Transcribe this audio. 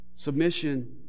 Submission